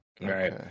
right